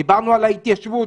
דיברנו על ההתיישבות.